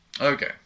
Okay